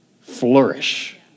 flourish